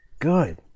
good